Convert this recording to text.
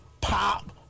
pop